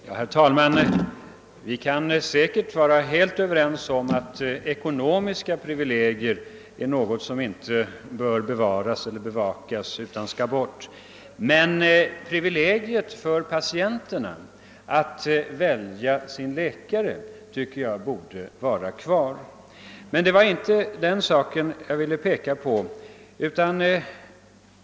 Herr talman! Vi kan säkert alla vara överens om att ekonomiska privilegier inte är något som bör bevakas eller bevaras; de skall bort. Men patienternas privilegium att välja läkare anser jag att vi bör ha kvar. Det var emellertid en annan sak som jag närmast tänkte beröra.